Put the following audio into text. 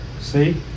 see